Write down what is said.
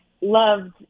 loved